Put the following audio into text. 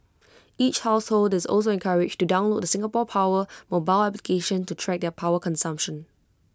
each household is also encouraged to download Singapore power mobile application to track their power consumption